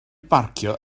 barcio